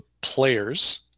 players